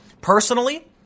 personally